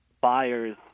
buyers